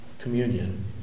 communion